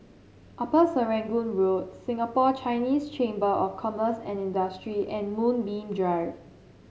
Upper Serangoon Road Singapore Chinese Chamber of Commerce and Industry and Moonbeam Drive